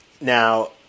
Now